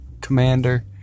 commander